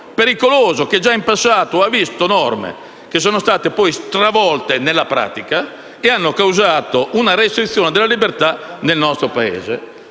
pericoloso che già in passato ha visto norme che sono state poi stravolte nella pratica e hanno causato una restrizione della libertà nel nostro Paese.